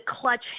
clutch